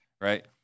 right